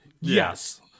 Yes